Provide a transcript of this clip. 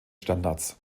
standards